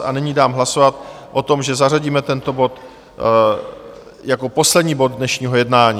A nyní nám hlasovat o tom, že zařadíme tento bod jako poslední bod dnešního jednání.